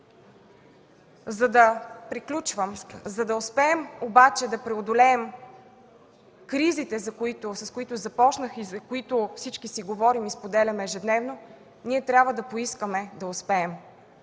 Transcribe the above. За да успеем обаче да преодолеем кризите, с които започнах и за които всички си говорим, споделяме ежедневно, ние трябва да поискаме да успеем.